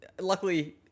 luckily